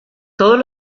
todos